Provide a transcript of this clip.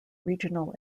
regional